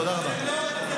תודה רבה.